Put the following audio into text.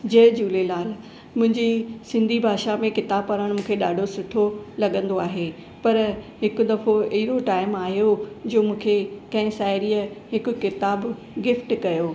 जय झूलेलाल मुंहिंजी सिंधी भाषा में क़िताब पढ़ण मूंखे ॾाढो सुठो लॻंदो आहे पर हिकु दफ़ो अहिड़ो टाइम आयो जो मूंखे कंहिं साहेड़ीअ हिकु क़िताबु गिफ्ट कयो